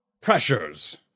pressures